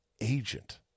agent